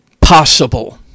possible